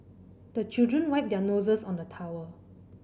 the children wipe their noses on the towel